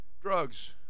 Drugs